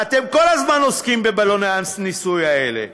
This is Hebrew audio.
ואתם כל הזמן עוסקים בבלוני הניסוי האלה.